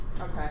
Okay